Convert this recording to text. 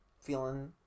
Feeling